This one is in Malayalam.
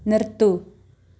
നിർത്തൂ